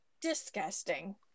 Disgusting